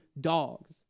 dogs